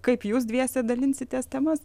kaip jūs dviese dalinsitės temas